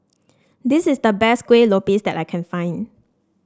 this is the best Kueh Lopes that I can find